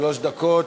שלוש דקות.